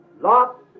Lot